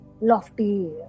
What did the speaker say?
lofty